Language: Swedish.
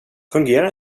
fungerar